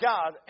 God